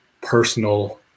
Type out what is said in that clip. personal